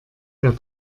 der